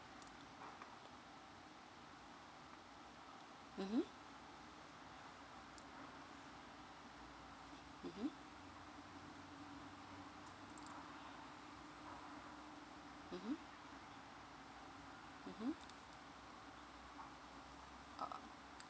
mmhmm mmhmm mmhmm mmhmm